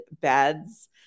beds